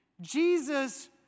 Jesus